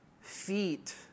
feet